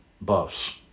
buffs